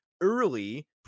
early